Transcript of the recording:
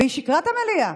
והיא שיקרה למליאה,